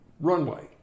runway